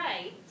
right